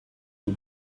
two